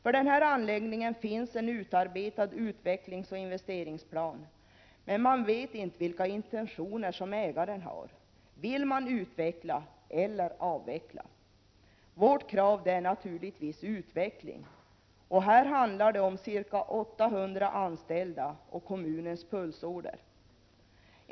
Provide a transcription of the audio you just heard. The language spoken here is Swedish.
För denna anläggning finns en utarbetad utvecklingsoch investeringsplan, men man vet inte vilka intentioner ägaren har. Vill man utveckla eller avveckla? Vårt krav är naturligtvis utveckling. Här handlar det om ca 800 anställda och kommunens pulsåder.